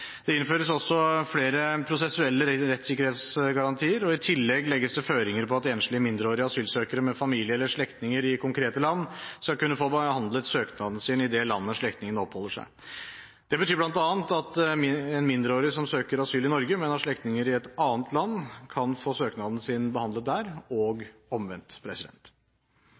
Det innføres også flere prosessuelle rettssikkerhetsgarantier. I tillegg legges det føringer på at enslige mindreårige asylsøkere med familie eller slektninger i konkrete land skal kunne få behandlet søknaden sin i det landet slektningen oppholder seg. Det betyr bl.a. at en mindreårig som søker asyl i Norge, men har slektninger i et annet land, kan få søknaden sin behandlet der og omvendt.